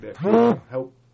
help